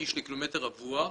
איש לקילומטר רבוע.